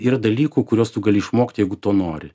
yra dalykų kuriuos tu gali išmokti jeigu to nori